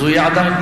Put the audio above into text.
אז הוא יהיה עדיין,